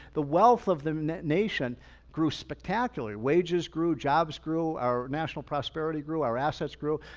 the wealth of the nation grew spectacular, wages grew, jobs grew, our national prosperity grew, our assets grew,